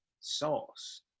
sauce